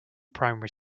primary